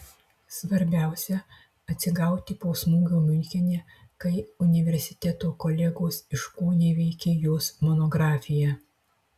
svarbiausia atsigauti po smūgio miunchene kai universiteto kolegos iškoneveikė jos monografiją